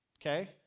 okay